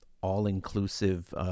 all-inclusive